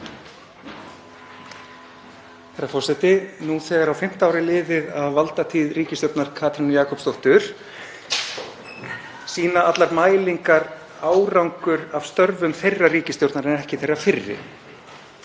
Herra forseti. Nú þegar á fimmta ár er liðið af valdatíð ríkisstjórnar Katrínar Jakobsdóttur sýna allar mælingar árangur af störfum þeirrar ríkisstjórnar en ekki þeirrar fyrri.